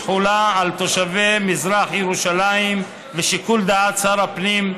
תחולה על תושבי מזרח ירושלים ושיקול דעת שר הפנים),